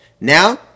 Now